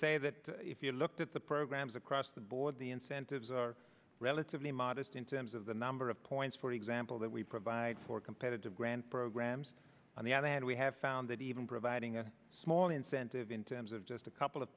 say that if you looked at the programs across the board the incentives relatively modest in terms of the number of points for example that we provide for competitive grant programs on the other hand we have found that even providing a small incentive in terms of just a couple of